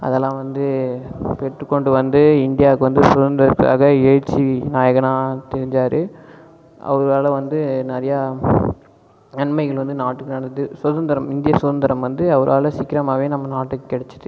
அதெல்லாம் வந்து பெற்றுக் கொண்டு வந்து இந்தியாவுக்கு வந்து சுதந்திரத்துக்காக எழுச்சி நாயகனாக தெரிஞ்சார் அவரால் வந்து நிறையா நன்மைகள் வந்து நாட்டுக்கு நடந்து சுதந்திரம் இந்திய சுதந்திரம் வந்து அவரால் சீக்கரமாகவே நம்ம நாட்டுக்குக் கிடச்சிச்சு